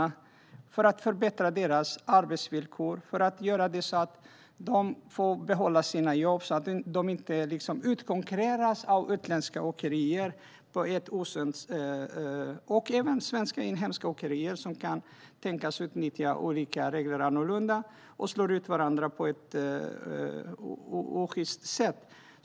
Det handlar om att förbättra deras arbetsvillkor och att de ska få behålla sina jobb och inte utkonkurreras av utländska åkerier på ett osunt sätt. Det gäller även inhemska åkerier som kan tänkas utnyttja olika regler och slå ut varandra på ett osjyst sätt.